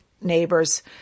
neighbors